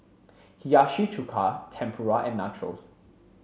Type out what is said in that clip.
Hiyashi Chuka Tempura and Nachos